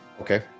Okay